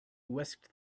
whisked